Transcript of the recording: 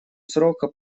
срока